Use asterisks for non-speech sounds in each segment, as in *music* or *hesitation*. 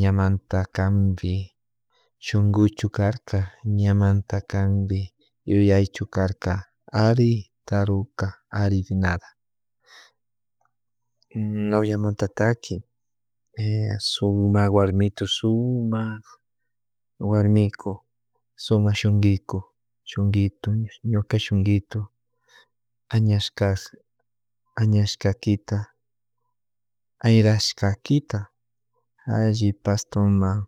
Ñamanta kanpi shunkuchu karka ñamanta kanbi yuyaychu karka ari karuka ari nada. Noviamuntaki *hesitation* sumak warmiku sumak warmiku sumak shunkiku shunkitu ñuka shunkitu añashkita arishkakita ayrashkakita alli pastoman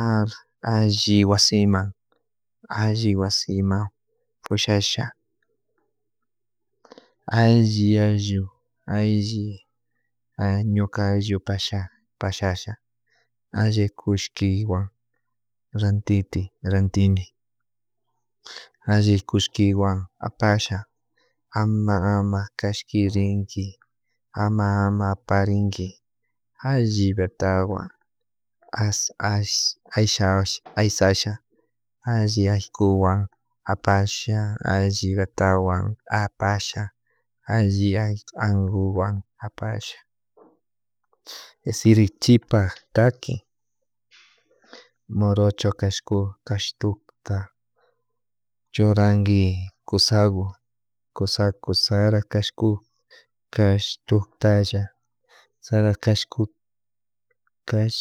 *hesitation* alli wasiman alli wasiman pushasha alli alli ayllu ñuka ayllu pasha pashasha alli kullkiwan rantiti randini alli kullkiwan apasha ama ama kashkirinki ama ama aparinki alli betawan as as aysasha alli aykuwan apasha alli betawan apasha alli alli ankuwan apasha sirichikpak taki morocho cashku cashtukta churanki kusaku kusaku kusarak kashku kashtuktalla sara chasku cash